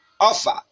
Offer